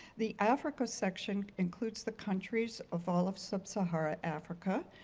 the africa section includes the countries of all of sub sahara africa.